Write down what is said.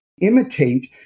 imitate